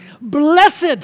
Blessed